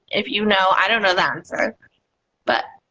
if you know i don't know that answer but